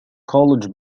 college